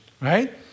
right